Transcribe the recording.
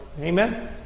amen